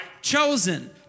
Chosen